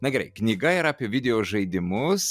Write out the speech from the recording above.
na gerai knyga yra apie videožaidimus